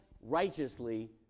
righteously